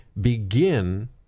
begin